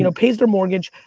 you know pays their mortgage,